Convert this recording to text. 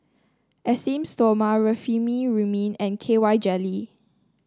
Esteem Stoma Remifemin and K Y Jelly